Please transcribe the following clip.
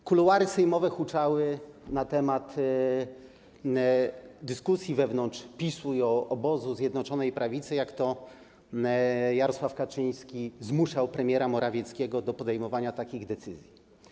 W kuluarach sejmowych huczało na temat dyskusji wewnątrz PiS-u i obozu Zjednoczonej Prawicy, jak to Jarosław Kaczyński zmuszał premiera Morawieckiego do podejmowania takich decyzji.